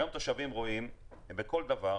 היום תושבים רואים בכל דבר,